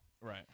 Right